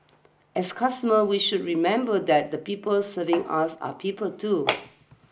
as customers we should remember that the people serving us are people too